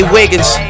Wiggins